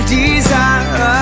desire